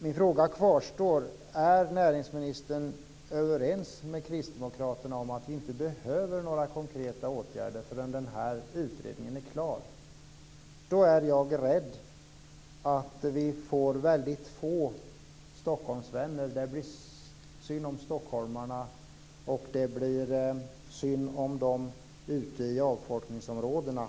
Min fråga kvarstår: Är näringsministern överens med kristdemokraterna om att det inte behövs några konkreta åtgärder förrän utredningen är klar? I så fall är jag rädd att det blir synd om stockholmarna och om dem ute i avfolkningsområdena.